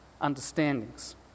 understandings